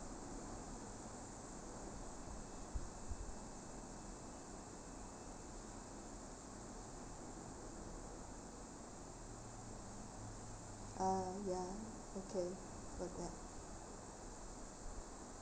oh ya got that